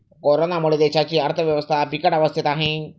कोरोनामुळे देशाची अर्थव्यवस्था बिकट अवस्थेत आहे